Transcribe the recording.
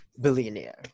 billionaire